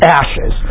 ashes